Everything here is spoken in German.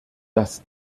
das